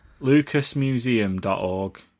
LucasMuseum.org